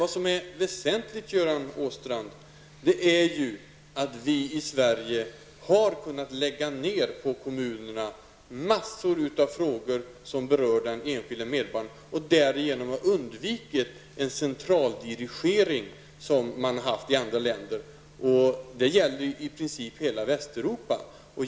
Det väsentliga, Göran Åstrand, är att vi i Sverige har kunnat decentralisera till kommunerna massor av frågor som berör den enskilda medborgaren och därigenom har kunnat undvika en centraldirigering som har funnits i andra länder. Det gäller i princip hela Västeuropa.